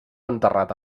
enterrat